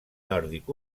nòrdic